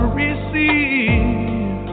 receive